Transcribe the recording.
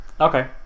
Okay